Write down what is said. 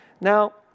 Now